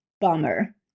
bummer